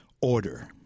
order